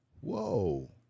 Whoa